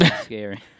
Scary